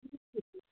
ठीक आहे ठीक